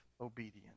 obedience